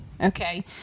Okay